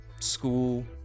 school